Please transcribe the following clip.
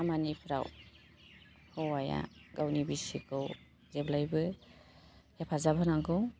खामानिफ्राव हौवाया गावनि बिसिखौ जेब्लायबो हेफाजाब होनांगौ